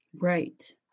Right